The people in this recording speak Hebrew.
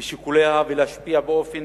בשיקוליהן ולהשפיע באופן